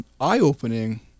eye-opening